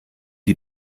die